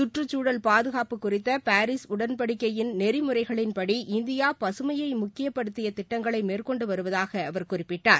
சுற்றுச்சூழல் பாதுகாப்பு குறித்த பாரீஸ் உடன்படிக்கையின் நெறிமுறைகளின்படி இந்தியா பசுமையை முக்கியப்படுத்திய திட்டங்களை மேற்கொண்டு வருவதாக அவர் குறிப்பிட்டார்